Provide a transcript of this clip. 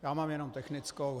Já mám jenom technickou.